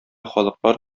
халыклар